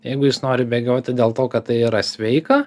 jeigu jis nori bėgioti dėl to kad tai yra sveika